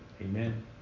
Amen